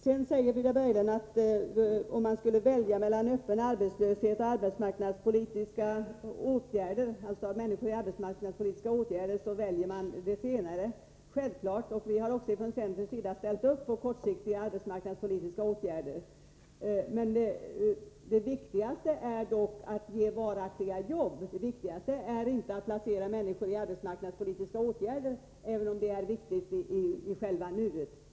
Frida Berglund säger att om man skall välja mellan öppen arbetslöshet och att människor är föremål för arbetsmarknadspolitiska åtgärder, väljer man det senare. Självklart! Vi har från centerns sida också ställt upp på kortsiktiga arbetsmarknadspolitiska åtgärder. Men det viktigaste är att ge varaktiga jobb, det viktigaste är inte att placera människor så att de omfattas av arbetsmarknadspolitiska åtgärder, även om det är viktigt i nuet.